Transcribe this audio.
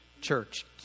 Church